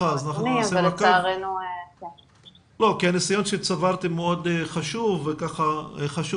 כי הניסיון שצברתם מאוד חשוב וחשוב